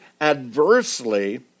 adversely